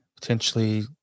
potentially